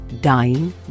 dying